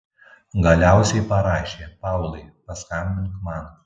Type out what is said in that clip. galiausiai parašė paulai paskambink man